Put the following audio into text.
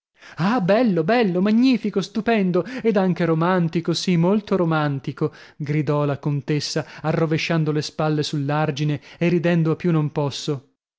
ah bello bello magnifico stupendo ed anche romantico sì molto romantico gridò la contessa arrovesciando le spalle sull'argine e ridendo a più non posso